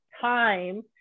time